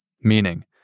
meaning